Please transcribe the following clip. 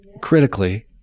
critically